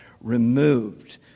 removed